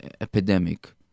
epidemic